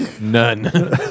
None